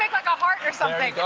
like ah heart or something.